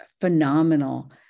phenomenal